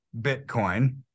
Bitcoin